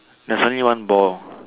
there's only one ball